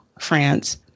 France